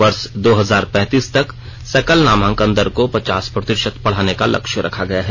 वर्ष दो हजार पैंतीस तक सकल नामांकन दर को पचास प्रतिशत बढ़ाने का लक्ष्य रखा गया है